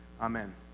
amen